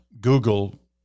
Google